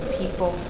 people